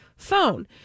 phone